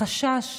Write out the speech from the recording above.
החשש